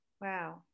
Wow